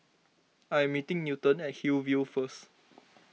I am meeting Newton at Hillview first